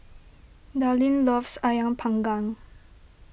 Darline loves Ayam Panggang